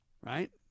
right